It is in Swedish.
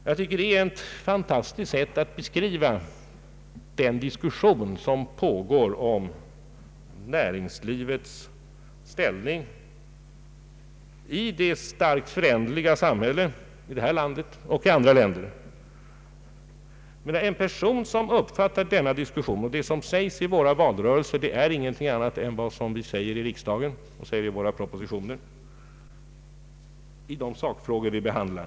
Jag tycker att det är ett fantastiskt sätt att beskriva den diskussion som pågår om näringslivets ställning i det starkt föränderliga samhället i vårt land och i andra länder. Det som sägs i våra valrörelser är ingenting annat än det vi säger i riksdagen och i våra propositioner om de sakfrågor vi behandlar.